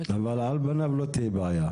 אבל על פניו לא תהיה בעיה?